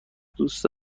دوست